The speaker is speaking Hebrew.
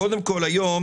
קודם כול, היום